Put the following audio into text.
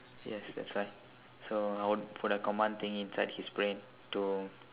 yes that's right so I would put a command thingy inside his brain to